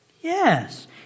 Yes